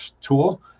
tool